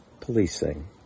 Policing